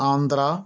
Andhra